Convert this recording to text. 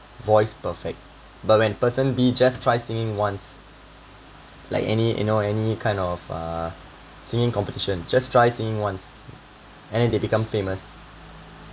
voice perfect but when person b just try singing once like any you know any kind of uh singing competition just try singing once and then they become famous